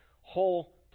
whole